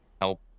help